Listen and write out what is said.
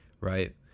right